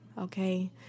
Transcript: Okay